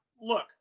Look